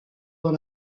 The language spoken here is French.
dans